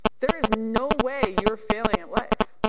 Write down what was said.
there is no way you're failing at life.